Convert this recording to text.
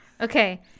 Okay